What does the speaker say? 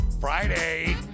Friday